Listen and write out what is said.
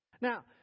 Now